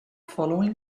following